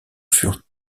furent